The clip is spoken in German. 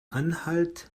anhalt